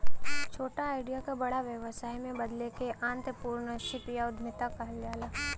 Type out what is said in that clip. छोटा आईडिया क बड़ा व्यवसाय में बदले क आंत्रप्रनूरशिप या उद्दमिता कहल जाला